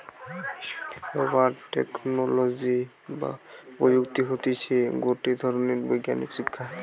rubber technology বা প্রযুক্তি হতিছে গটে ধরণের বৈজ্ঞানিক শিক্ষা